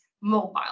mobile